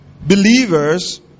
believers